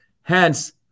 Hence